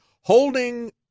holding